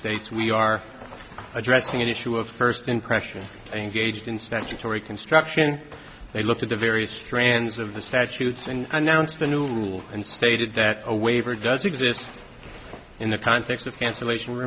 states we are addressing an issue of first impression engaged in statutory construction they looked at the various strands of the statutes and announced the new rule and stated that a waiver does exist in the context of cancellation